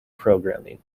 programming